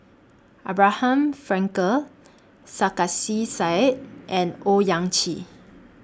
Abraham Frankel Sarkasi Said and Owyang Chi